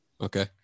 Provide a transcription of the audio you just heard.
okay